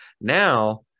now